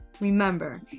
Remember